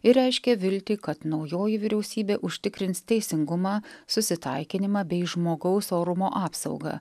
ir reiškė viltį kad naujoji vyriausybė užtikrins teisingumą susitaikinimą bei žmogaus orumo apsaugą